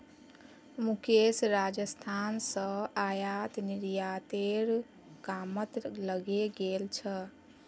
मुकेश राजस्थान स आयात निर्यातेर कामत लगे गेल छ